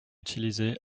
utilisées